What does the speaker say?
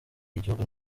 igihugu